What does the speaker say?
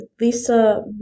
Lisa